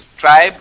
tribe